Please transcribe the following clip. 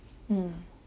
mm